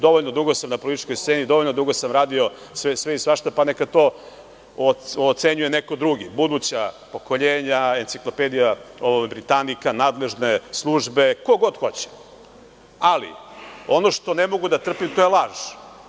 Dovoljno dugo sam na političkoj sceni, dovoljno dugo sam radio sve i svašta, pa neka ocenjuje neko drugi, buduća pokoljenja, Enciklopedija Britanika, nadležne službe, ko god hoće, ali ono što ne mogu da trpim je laž.